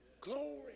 Glory